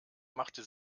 machte